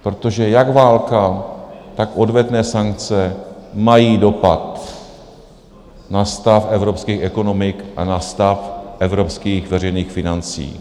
Protože jak válka, tak odvetné sankce mají dopad na stav evropských ekonomik a na stav evropských veřejných financí.